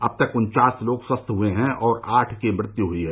अब तक उन्चास लोग स्वस्थ हुए हैं और आठ की मृत्यु हुई है